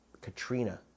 Katrina